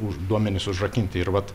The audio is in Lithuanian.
už duomenys užrakinti ir vat